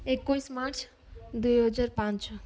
ଏକୋଇଶ ମାର୍ଚ୍ଚ ଦୁଇ ହଜାର ପାଞ୍ଚ